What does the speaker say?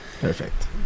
perfect